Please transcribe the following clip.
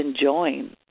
enjoying